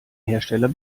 hersteller